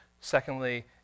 Secondly